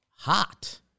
Hot